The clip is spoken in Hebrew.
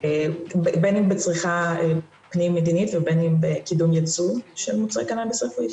בין אם בצריכה פנים מדינית ובין אם בקידום ייצוא של מוצרי קנאביס רפואי.